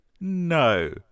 No